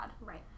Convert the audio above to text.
Right